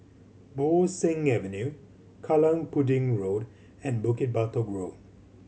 Bo Seng Avenue Kallang Pudding Road and Bukit Batok Road